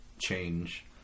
change